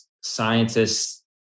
scientists